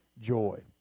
joy